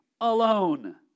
alone